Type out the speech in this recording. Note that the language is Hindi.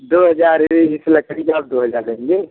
दो हज़ार इस लकड़ी का आप दो हज़ार लेंगे